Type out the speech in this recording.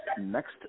next